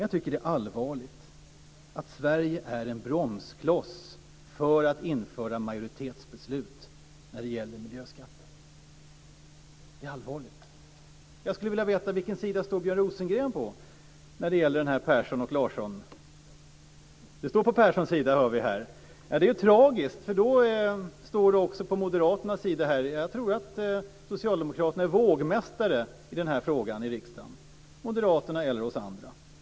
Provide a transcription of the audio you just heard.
Jag tycker att det är allvarligt att Sverige är en bromskloss för att införa majoritetsbeslut när det gäller miljöskatter. Det är allvarligt! Jag skulle vilja veta vilken sida Björn Rosengren står på, Perssons eller Larssons? Vi ser här att Björn Rosengren indikerar att han står på Perssons sida! Det är tragiskt, för då står Björn Rosengren också på moderaternas sida. Jag tror att socialdemokraterna är vågmästare i frågan i riksdagen - moderaterna eller vi andra.